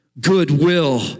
goodwill